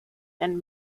and